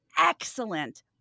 excellent